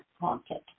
haunted